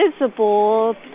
visible